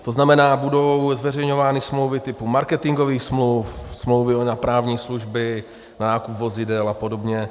To znamená, budou zveřejňovány smlouvy typu marketingových smluv, smlouvy na právní služby, na nákup vozidel apod.